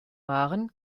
waren